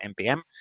npm